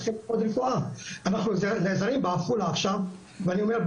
אנחנו נעזרים בעפולה עכשיו ואני אומר,